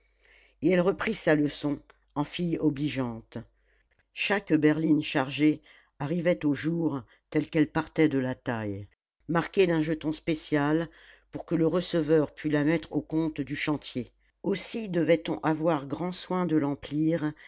et elle reprit sa leçon en fille obligeante chaque berline chargée arrivait au jour telle qu'elle partait de la taille marquée d'un jeton spécial pour que le receveur pût la mettre au compte du chantier aussi devait-on avoir grand soin de l'emplir